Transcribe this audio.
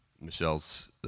Michelle's